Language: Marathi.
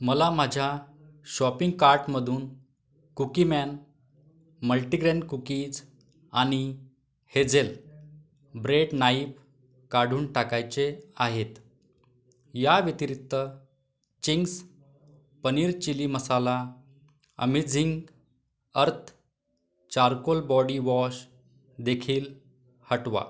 मला माझ्या शॉपिंग कार्टमधून कुकीमॅन मल्टीग्रेन कुकीज आणि हेजेल ब्रेट नाईफ काढून टाकायचे आहेत या व्यतिरिक्त Ching's paneer chilli masala Amazing Earth charcoal body वॉशदेखील हटवा